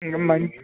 ఇక మంచి